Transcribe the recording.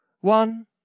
One